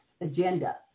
agenda